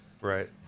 right